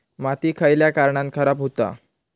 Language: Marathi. माती खयल्या कारणान खराब हुता?